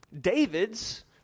David's